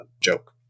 joke